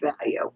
value